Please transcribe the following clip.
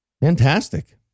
Fantastic